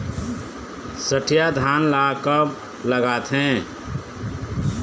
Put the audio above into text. सठिया धान ला कब लगाथें?